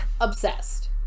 Obsessed